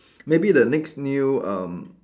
maybe the next new um